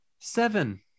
seven